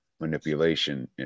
manipulation